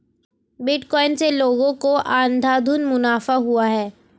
bitcoin से लोगों को अंधाधुन मुनाफा हुआ है